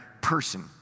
person